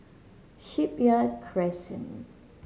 Shipyard Crescent